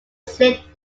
slip